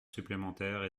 supplémentaires